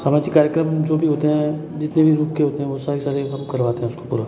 सामाजिक कार्यक्रम जो भी होते हैं जितने भी रूप के होते हैं वो सारे के सारे हम करवाते हैं उसको पूरा